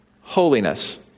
holiness